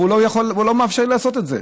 והוא לא מאפשר לי לעשות את זה?